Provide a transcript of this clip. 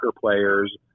players